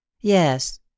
Yes